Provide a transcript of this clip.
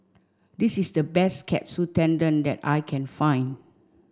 this is the best Katsu Tendon that I can find